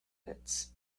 pits